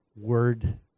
word